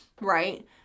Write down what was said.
right